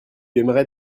aimerais